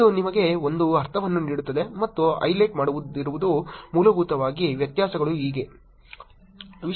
ಇದು ನಿಮಗೆ ಒಂದು ಅರ್ಥವನ್ನು ನೀಡುತ್ತದೆ ಮತ್ತು ಹೈಲೈಟ್ ಮಾಡಿರುವುದು ಮೂಲಭೂತವಾಗಿ ವ್ಯತ್ಯಾಸಗಳು ಹೇಗೆ ವಿಷಯಗಳ ಪರಿಭಾಷೆಯಲ್ಲಿ ನಿಮಗೆ ಹೇಳುವುದು